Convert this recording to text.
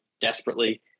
desperately